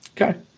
Okay